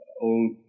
old